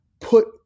put